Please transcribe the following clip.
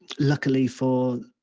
luckily for